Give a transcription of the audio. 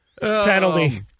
penalty